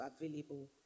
available